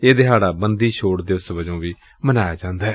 ਇਹ ਦਿਹਾੜਾ ਬੰਦੀ ਛੋੜ ਦਿਵਸ ਵਜੋਂ ਮਨਾਇਆ ਜਾਂਦੈ